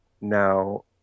Now